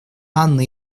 анны